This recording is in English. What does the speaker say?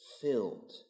filled